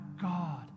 God